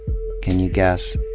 can you guess?